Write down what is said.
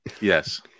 Yes